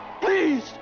Please